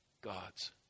God's